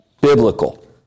biblical